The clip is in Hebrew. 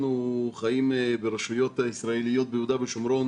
אנחנו חיים ברשויות הישראליות ביהודה ושומרון